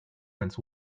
friends